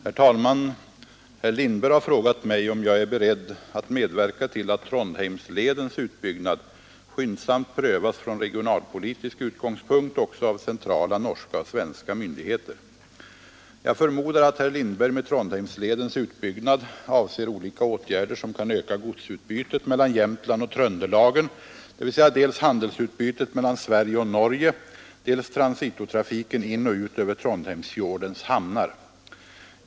Herr talman! Herr Lindberg har frågat mig, om jag är beredd att medverka till att Trondheimsledens utbyggnad skyndsamt prövas från regionalpolitisk utgångspunkt också av centrala norska och svenska myndigheter. Jag förmodar att herr Lindberg med Trondheimsledens utbyggnad avser olika åtgärder som kan öka godsutbytet mellan Jämtland och Tröndelagen, dvs. dels handelsutbytet mellan Sverige och Norge, dels transitotrafiken in och ut över Trondheimsfjordens hamnar.